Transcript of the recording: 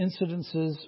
incidences